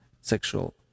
sexual